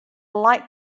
light